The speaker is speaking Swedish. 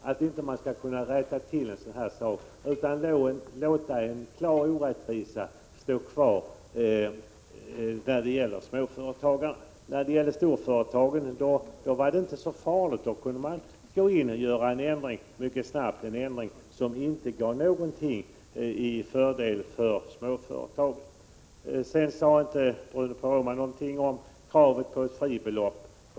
Kan man inte rätta till en sådan här sak, utan låter man en för småföretagarna klar orättvisa stå kvar? När det gäller storföretagen var det inte så farligt. Då kunde man gå in och mycket snabbt göra en ändring som inte gav någon fördel för småföretagen. Bruno Poromaa sade inte någonting om kravet på fribelopp.